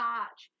March